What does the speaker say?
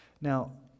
Now